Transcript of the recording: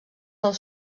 del